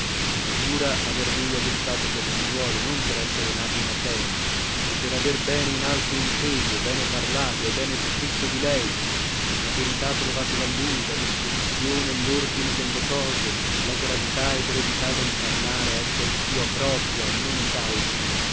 natura aver lui adottato per figliuolo non per esser nato in atene ma per aver bene in alto inteso bene parlato e bene scritto di lei la verità trovata da lui la disposizione e lordine delle cose la gravità e brevità del parlare esser sua propria e non daltri